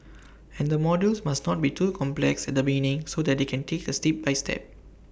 and the modules must not be too complex at the beginning so they can take IT A step by step